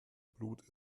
blut